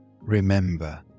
remember